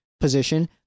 position